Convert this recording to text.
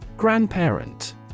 Grandparent